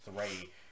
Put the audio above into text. three